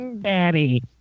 daddy